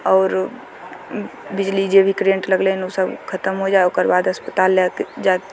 आओर बिजली जे भी करेन्ट लगलय उसब खतम हो जाइ ओकरबाद अस्पताल लए कऽ जा